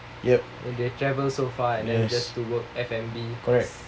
yup yes correct